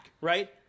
right